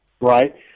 Right